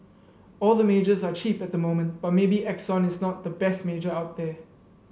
all the majors are cheap at the moment but maybe Exxon is not the best major out there